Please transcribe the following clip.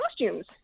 costumes